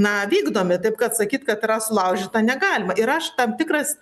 na vykdomi taip kad sakyt kad yra sulaužyta negalima ir aš tam tikras